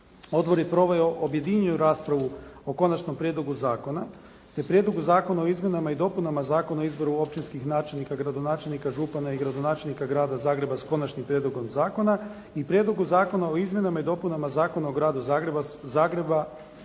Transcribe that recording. Odbor je proveo objedinjenu raspravu o Konačnom prijedlogu zakona, te Prijedlogu zakona o izmjenama i dopunama Zakona o izboru općinskih načelnika, gradonačelnika, župana i gradonačelnika Grada Zagreba s Konačnim prijedlogom Zakona i Prijedlogu zakona o izmjenama i dopunama Zakona o Gradu Zagrebu s